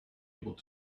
able